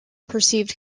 perceived